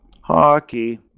hockey